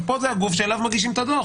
פה זה הגוף שאליו מרגישים את הדוח.